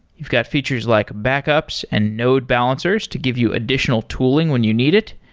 you've got features like backups and node balancers to give you additional tooling when you need it.